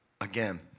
again